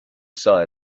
saw